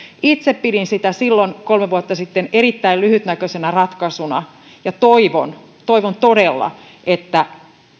itse pidin sitä silloin kolme vuotta sitten erittäin lyhytnäköisenä ratkaisuna ja toivon toivon todella että